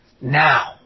Now